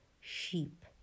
sheep